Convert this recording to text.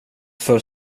för